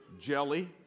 jelly